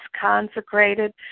consecrated